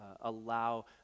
allow